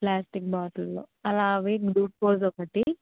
plastic bottle లో అలా అవి గ్లూకోజు ఒకటి